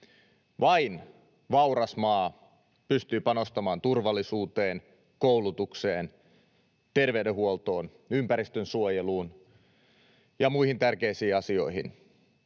Vain vauras maa pystyy panostamaan turvallisuuteen, koulutukseen, terveydenhuoltoon, ympäristönsuojeluun ja muihin tärkeisiin asioihin.